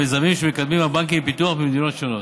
במיזמים שמקדמים הבנקים לפיתוח במדינות השונות.